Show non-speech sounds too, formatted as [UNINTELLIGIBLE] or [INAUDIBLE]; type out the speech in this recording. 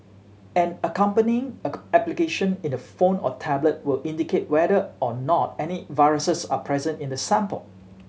an accompanying [UNINTELLIGIBLE] application in the phone or tablet will indicate whether or not any viruses are present in the sample